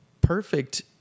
perfect